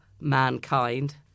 mankind